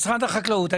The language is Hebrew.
משרד החקלאות,